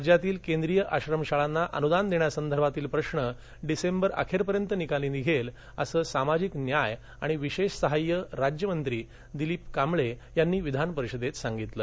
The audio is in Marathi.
राज्यातील केंद्रीय आश्रमशाळांना अनुदान देण्यासंदर्भातील प्रश्न डिसेंबरअखेरपर्यंत निकाली निघेल असं सामाजिक न्याय आणि विशेष सहाय्य राज्यमंत्री दिलीप कांबळे यांनी विधानपरिषदेत सांगितलं